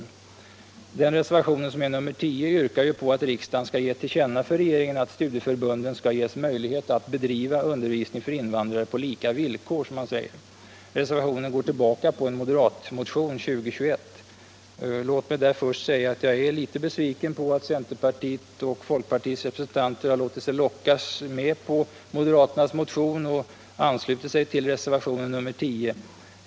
I denna reservation, nr 10, yrkas på att riksdagen skall ge till känna för regeringen att studieförbunden skall ges möjlighet att bedriva undervisning för invandrare på lika villkor, som man säger. Reservationen går tillbaka på en moderatmotion, nr 2021. Låt mig säga att jag är litet besviken på att centerpartiets och folkpartiets representanter har låtit sig lockas med på moderaternas motion och anslutit sig till reservationen 10.